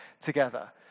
together